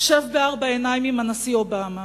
שב בארבע עיניים עם הנשיא אובמה,